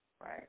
right